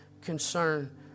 concern